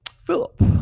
philip